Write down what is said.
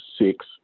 six